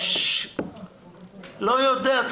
לא יודע.